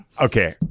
Okay